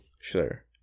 sure